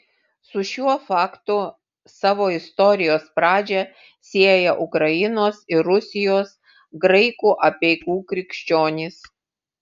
su šiuo faktu savo istorijos pradžią sieją ukrainos ir rusijos graikų apeigų krikščionys